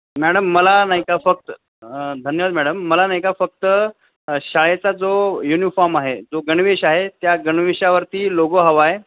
madam मला नाही का फक्त धन्यवाद मॅडम मला नाही का फक्त शाळेचा जो युनिफॉम आहे जो गणवेश आहे त्या गणवेशावरती लोगो हवा आहे